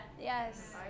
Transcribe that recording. Yes